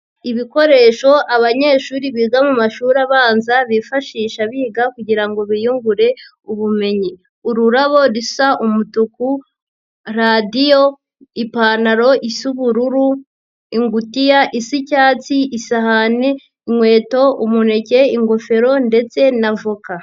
Ibikoresho abanyeshuri biga mu mashuri abanza bifashisha biga kugira ngo biyungure ubumenyi. Ururabo rusa umutuku, radiyo, ipantaro isa ubururu, ingutiya isa icyatsi, isahane, inkweto, umuneke, ingofero ndetse na voka.